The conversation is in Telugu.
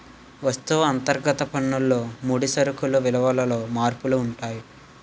వస్తువు అంతర్గత పన్నులు ముడి సరుకులు విలువలలో మార్పులు ఉంటాయి